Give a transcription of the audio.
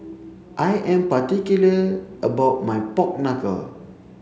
I am particular about my pork knuckle